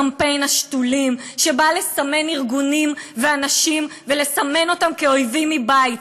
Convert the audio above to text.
קמפיין "השתולים" שבא לסמן ארגונים ואנשים ולסמן אותם כאויבים מבית.